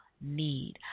need